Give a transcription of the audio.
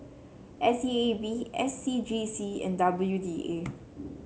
S E A B S C G C and W D A